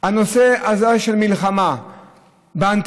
הנושא הזה של מלחמה באנטישמיות,